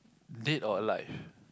dead or alive